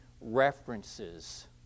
references